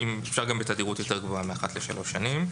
אפשר גם בתדירות יותר גבוהה מאשר אחת לשלוש שנים.